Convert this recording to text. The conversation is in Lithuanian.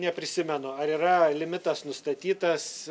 neprisimenu ar yra limitas nustatytas